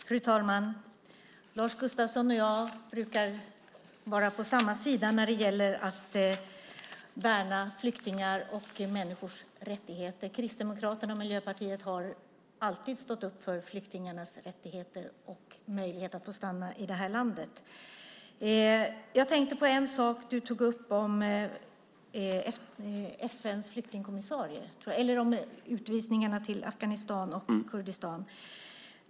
Fru talman! Lars Gustafsson och jag brukar vara på samma sida när det gäller att värna flyktingars och människors rättigheter. Kristdemokraterna och Miljöpartiet har alltid stått upp för flyktingarnas rättigheter och möjlighet att få stanna i det här landet. Jag tänkte på en sak du tog upp om utvisningarna till Afghanistan och Kurdistan.